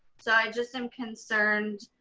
so i just am concerned